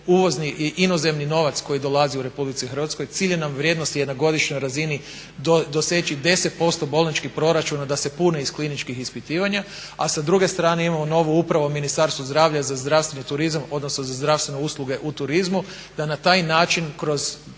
uvozni i inozemni novac koji dolazi u Republici Hrvatskoj. Ciljana vrijednost je na godišnjoj razini doseći 10% bolničkih proračuna da se pune iz kliničkih ispitivanja. A sa druge strane imamo novu upravu, Ministarstvo zdravlja za zdravstveni turizam odnosno za zdravstvene usluge u turizmu, da na taj način kroz